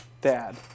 dad